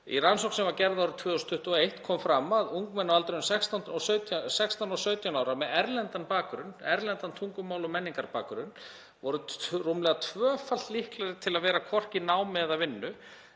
Í rannsókn sem var gerð árið 2021 kom fram að ungmenni á aldrinum 16 og 17 ára með erlendan bakgrunn, erlendan tungumála- og menningarbakgrunn, voru rúmlega tvöfalt líklegri til að vera hvorki í námi eða vinnu